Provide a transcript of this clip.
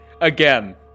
Again